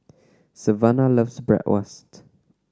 Savanna loves Bratwurst